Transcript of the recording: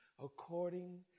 according